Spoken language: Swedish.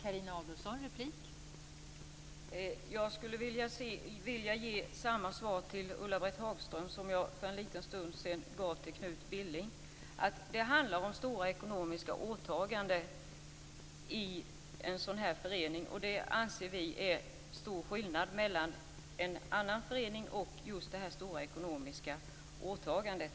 Fru talman! Jag skulle vilja ge samma svar till Ulla-Britt Hagström som jag för en stund sedan gav till Knut Billing. Det handlar om stora ekonomiska åtaganden i en sådan här förening, och vi anser att det är stor skillnad mellan en annan förening och en bostadsrättsförening, just med tanke på det stora ekonomiska åtagandet.